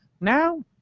Now